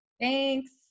Thanks